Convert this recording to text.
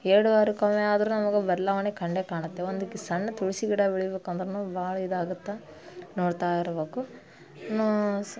ಎರಡು ವಾರಕ್ಕೊಮ್ಮೆ ಆದರೂ ನಮಗೆ ಬದಲಾವಣೆ ಕಂಡೇ ಕಾಣುತ್ತೆ ಒಂದಕ್ಕೆ ಸಣ್ಣ ತುಳಸಿ ಗಿಡ ಬೆಳಿಬೇಕು ಅಂದ್ರೂ ಭಾಳ ಇದಾಗುತ್ತೆ ನೋಡ್ತಾ ಇರಬೇಕು ಇನ್ನೂ ಸ್